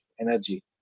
energy